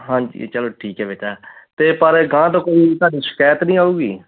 ਹਾਂਜੀ ਚਲੋ ਠੀਕ ਹੈ ਬੇਟਾ ਅਤੇ ਪਰ ਅਗਾਂਹ ਤੋਂ ਕੋਈ ਤੁਹਾਡੀ ਸ਼ਿਕਾਇਤ ਨਹੀਂ ਆਉਗੀ